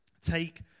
take